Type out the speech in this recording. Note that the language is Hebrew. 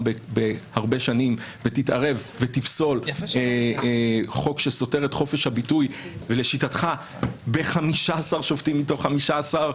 בהרבה שנים ותפסול חוק שסותר את חופש הביטוי ולשיטתך ב-15 שופטים מתוך 15,